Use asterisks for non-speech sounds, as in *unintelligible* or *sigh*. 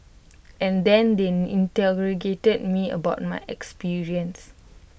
and then they *unintelligible* me about my experience